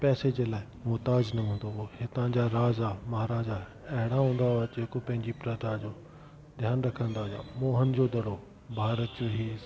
पैसे जे लाइ मोहताज न हूंदो हुओ हितां जा राजा महाराजा अहिड़ा हूंदा हुआ जेको पंहिंजी प्रजा जो ध्यान रखंदा हुआ मोहन जोदड़ो भारत जो ही हिसो हुओ